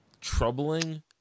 troubling